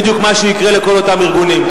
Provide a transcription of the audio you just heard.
וזה בדיוק מה שיקרה לאותם ארגונים.